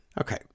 Okay